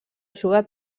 juga